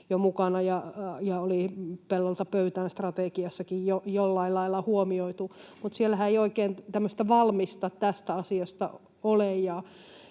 jo mukana ja oli Pellolta pöytään ‑strategiassakin jo jollain lailla huomioitu, mutta siellähän ei oikein tämmöistä valmista tästä asiasta ole.